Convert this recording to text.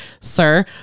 sir